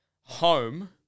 Home